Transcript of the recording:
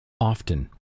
often